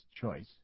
choice